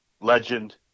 Legend